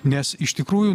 nes iš tikrųjų